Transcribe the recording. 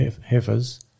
heifers